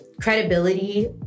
credibility